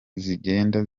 zigenda